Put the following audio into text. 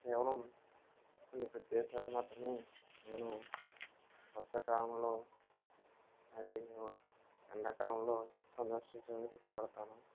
కేవలం కొన్ని ప్రదేశాలు మాత్రమే నేను వర్షకాలంలో మరియు ఎండకాలంలో సందర్శించటానికి ఇష్టపడతాను